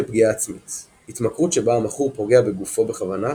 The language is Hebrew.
התמכרות לפגיעה עצמית – התמכרות שבה המכור פוגע בגופו בכוונה,